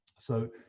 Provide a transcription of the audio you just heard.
so